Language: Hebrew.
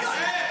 אני עכשיו